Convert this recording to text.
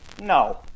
No